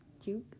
Juke